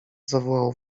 zawołał